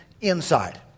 inside